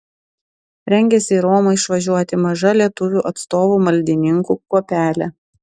rengiasi į romą išvažiuoti maža lietuvių atstovų maldininkų kuopelė